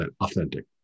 authentic